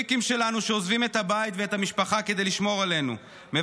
כל הסיכומים בין ראש הממשלה נתניהו לחבר הכנסת